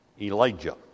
Elijah